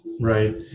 Right